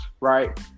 right